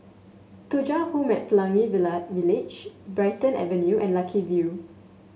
Thuja Home at Pelangi Village Brighton Avenue and Lucky View